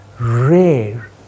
rare